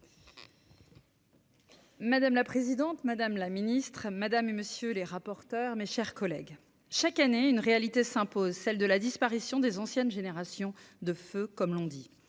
Madame la présidente, madame la ministre madame et monsieur les rapporteurs, mes chers collègues, chaque année, une réalité s'impose : celle de la disparition des anciennes générations de feu comme l'on dit